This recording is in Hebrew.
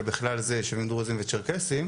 ובכלל זה יישובים דרוזים וצ'רקסים,